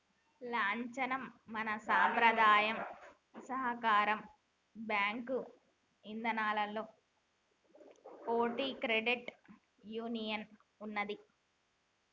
లచ్చన్న మన సంపద్రాయ సాకార బాంకు ఇదానంలో ఓటి క్రెడిట్ యూనియన్ ఉన్నదీ